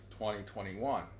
2021